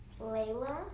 Layla